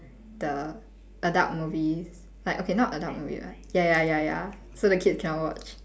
the adult movies like okay not adult movie lah ya ya ya ya so the kids cannot watch